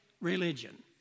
religion